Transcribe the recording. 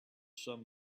some